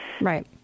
right